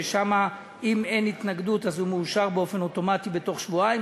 שלגביו אם אין התנגדות הוא מאושר אוטומטית בתוך שבועיים.